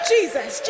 Jesus